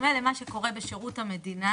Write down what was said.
בדומה למה שקורה בשירות המדינה,